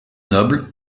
noble